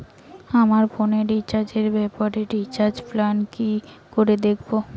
আমার ফোনে রিচার্জ এর ব্যাপারে রিচার্জ প্ল্যান কি করে দেখবো?